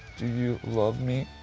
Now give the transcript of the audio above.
do you love me?